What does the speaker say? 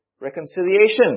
reconciliation